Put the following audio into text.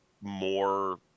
more